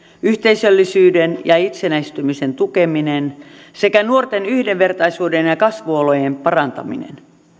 yhteisöllisyyden ja itsenäistymisen tukeminen sekä nuorten yhdenvertaisuuden ja ja kasvuolojen parantaminen